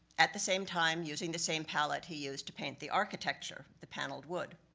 at the same time, using the same palette he used to paint the architecture, the paneled would.